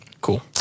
Cool